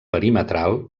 perimetral